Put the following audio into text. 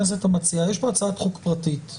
יש פה הצעת חוק פרטית.